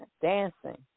dancing